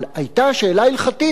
אבל היתה שאלה הלכתית,